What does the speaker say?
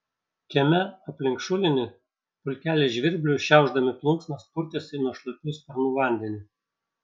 kieme aplink šulinį pulkelis žvirblių šiaušdami plunksnas purtėsi nuo šlapių sparnų vandenį